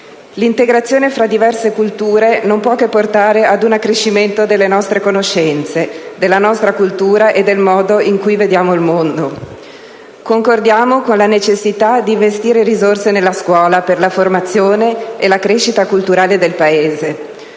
L'integrazione fra diverse culture non può che portare ad un accrescimento delle nostre conoscenze, della nostra cultura e del modo in cui vediamo il mondo. Concordiamo con la necessità di investire risorse nella scuola, per la formazione e la crescita culturale del Paese.